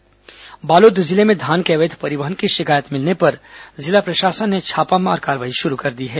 अवैध धान कार्रवाई बालोद जिले में धान के अवैध परिवहन की शिकायत मिलने पर जिला प्रशासन ने छापामार कार्रवाई शुरू कर दी है